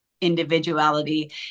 individuality